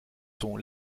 sont